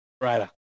right